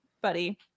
buddy